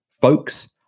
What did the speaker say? Folks